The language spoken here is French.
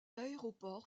aéroport